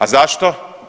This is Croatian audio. A zašto?